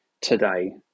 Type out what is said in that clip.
today